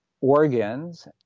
organs